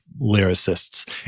lyricists